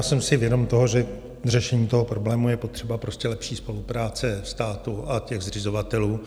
Jsem si vědom toho, že k řešení toho problému je potřeba lepší spolupráce státu a zřizovatelů.